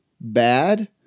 bad